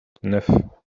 neuf